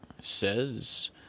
says